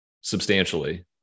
substantially